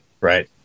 right